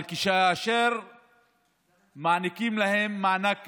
אבל כאשר מעניקים להם מענק כספי,